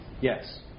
Yes